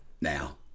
now